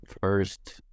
first